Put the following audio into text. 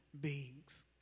beings